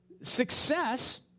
Success